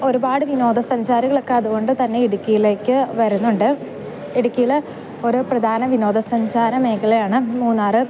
ഒരുപാട് വിനോദ സഞ്ചാരികളൊക്ക അതുകൊണ്ടുതന്നെ ഇടുക്കിയിലേക്ക് വരുന്നുണ്ട് ഇടുക്കിയിൽ ഒരു പ്രധാന വിനോദ സഞ്ചാര മേഖലയാണ് മൂന്നാർ